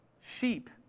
sheep